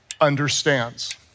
understands